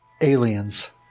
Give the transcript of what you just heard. Aliens